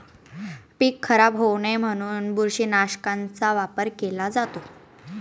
पीक खराब होऊ नये म्हणून बुरशीनाशकाचा वापर केला जातो